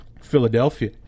philadelphia